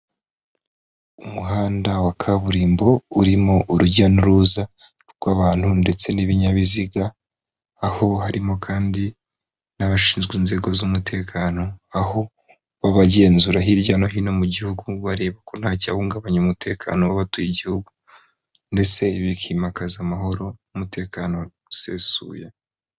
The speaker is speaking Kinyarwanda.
Umuhanda wa kaburimbo urimo urujya n'uruza rw'abantu ndetse n'ibinyabiziga aho harimo kandi n'abashinzwe inzego z'umutekano aho babagenzura hirya no hino mu gihugu bareba ko nta cyahungabanya umutekano w'abatuye igihugu ndetse bikimakaza amahoro n'umutekano usesuye.